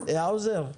האוזר,